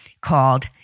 called